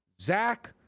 Zach